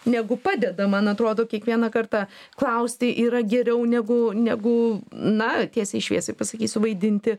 negu padeda man atrodo kiekvieną kartą klausti yra geriau negu negu na tiesiai šviesiai pasakysiu vaidinti